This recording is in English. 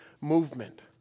movement